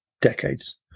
decades